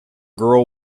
girl